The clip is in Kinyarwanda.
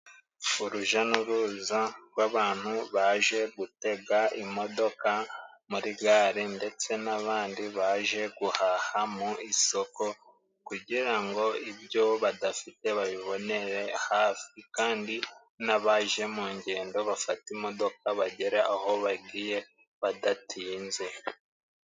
Urujya n'uruza rw'abantu baje gutega imodoka muri gare, ndetse n'abandi baje guhaha mu isoko kugira ngo ibyo badafite babibonere haf, kandi n'abaje mu ngendo bafate imodoka bagere aho bagiye badatinze.